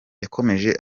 yakomeje